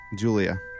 Julia